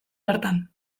bertan